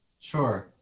sure,